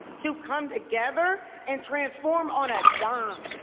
to come together and transform on a dime.